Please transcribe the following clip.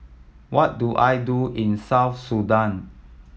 what do I do in South Sudan